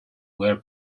were